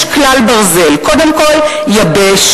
יש כלל ברזל: קודם כול יבש,